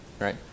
right